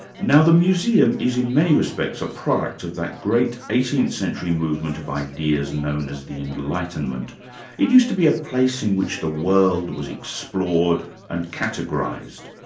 now the museum is in many respects a product of that great eighteenth century movement of ideas known as the enlightenment it used to be a place in which the world was explored and categorised.